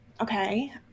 Okay